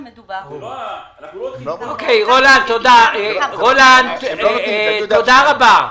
רולנד, תודה רבה.